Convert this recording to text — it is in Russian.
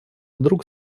вдруг